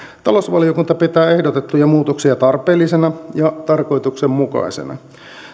talousvaliokunta pitää ehdotettuja muutoksia tarpeellisina ja tarkoituksenmukaisina